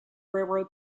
railway